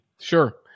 Sure